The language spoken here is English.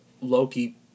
Loki